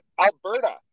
Alberta